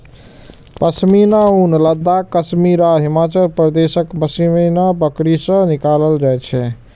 पश्मीना ऊन लद्दाख, कश्मीर आ हिमाचल प्रदेशक पश्मीना बकरी सं निकालल जाइ छै